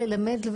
ללמד,